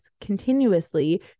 continuously